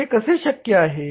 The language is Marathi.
हे कसे शक्य आहे